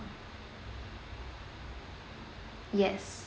yes